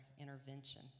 intervention